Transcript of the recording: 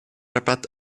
rabatt